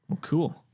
cool